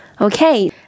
Okay